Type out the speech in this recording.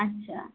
আচ্ছা